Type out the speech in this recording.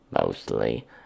mostly